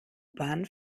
bahn